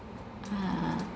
ah